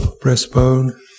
breastbone